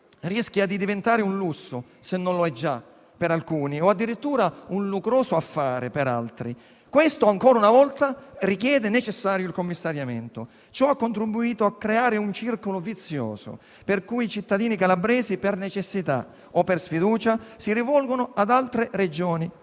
rischia di diventare un lusso, se non lo è già per alcuni, o addirittura un lucroso affare per altri. Questo, ancora una volta, rende necessario il commissariamento. Ciò ha contribuito a creare un circolo vizioso, per cui i cittadini calabresi, per necessità o per sfiducia, si rivolgono per le